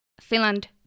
Finland